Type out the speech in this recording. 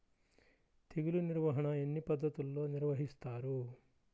తెగులు నిర్వాహణ ఎన్ని పద్ధతుల్లో నిర్వహిస్తారు?